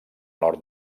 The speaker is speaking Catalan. nord